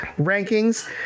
rankings